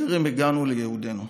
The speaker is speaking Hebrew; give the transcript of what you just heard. טרם הגענו לייעודנו.